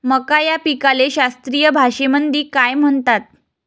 मका या पिकाले शास्त्रीय भाषेमंदी काय म्हणतात?